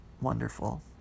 wonderful